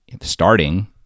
starting